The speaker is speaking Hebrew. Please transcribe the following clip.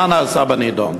מה נעשה בנדון?